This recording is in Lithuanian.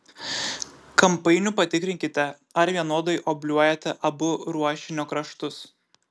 kampainiu patikrinkite ar vienodai obliuojate abu ruošinio kraštus